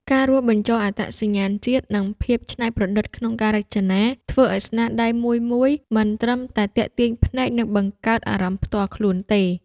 ការរួមបញ្ចូលអត្តសញ្ញាណជាតិ និងភាពច្នៃប្រឌិតក្នុងការរចនា ធ្វើឲ្យស្នាដៃមួយៗ មិនត្រឹមតែទាក់ទាញភ្នែក និងបង្កើតអារម្មណ៍ផ្ទាល់ខ្លួនទេ